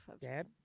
Dad